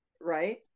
right